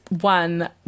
one